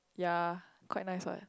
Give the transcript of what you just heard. ya quite nice [what]